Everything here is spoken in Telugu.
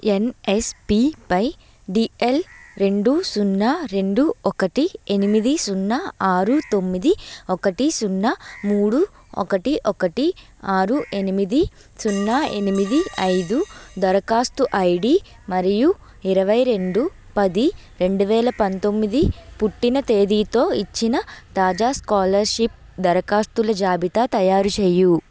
ఎన్ఎస్పీ బై డీఎల్ రెండు సున్నా రెండు ఒకటి ఎనిమిది సున్నా ఆరు తొమ్మిది ఒకటి సున్నా మూడు ఒకటి ఒకటి ఆరు ఎనిమిది సున్నా ఎనిమిది ఐదు దరకాస్తు ఐడి మరియు ఇరవై రెండు పది రెండువేల పంతొమ్మిది పుట్టిన తేదీతో ఇచ్చిన తాజా స్కాలర్షిప్ దరకాస్తుల జాబితా తయారు చేయు